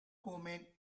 come